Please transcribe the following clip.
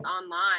online